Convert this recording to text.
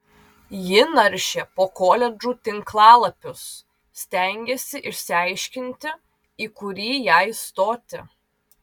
ji naršė po koledžų tinklalapius stengėsi išsiaiškinti į kurį jai stoti